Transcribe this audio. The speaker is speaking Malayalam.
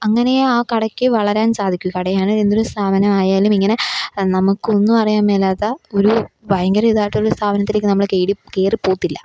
അങ്ങനെയേ ആ കടയ്ക്ക് വളരാന് സാധിക്കൂ കടയാണേലും എന്തൊരു സ്ഥാപനമായാലും ഇങ്ങനെ നമുക്കൊന്നും അറിയാന് മേലാത്ത ഒരു ഭയങ്കരം ഇതായിട്ടുള്ള ഒരു സ്ഥാപനത്തിലേക്ക് നമ്മൾ കേറി കേറി പോകത്തില്ല